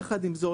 יחד עם זאת,